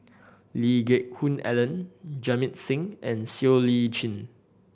Lee Geck Hoon Ellen Jamit Singh and Siow Lee Chin